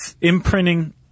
imprinting